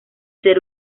ser